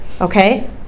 Okay